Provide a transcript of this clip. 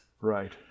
Right